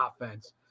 offense